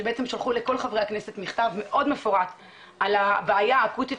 שבעצם שלחו לכל חברי הכנסת מכתב מאוד מפורט על הבעיה האקוטית